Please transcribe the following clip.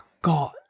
God